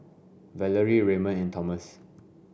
Valarie Raymond and Thomas